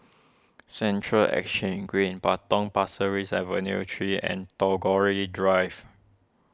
Central Exchange Green Potong Pasirace Avenue three and Tagore Drive